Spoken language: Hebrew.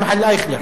עבר במליאה.